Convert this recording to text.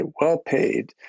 well-paid